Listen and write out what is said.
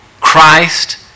Christ